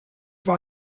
war